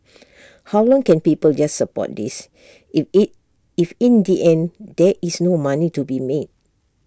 how long can people just support this if IT if in the end there is no money to be made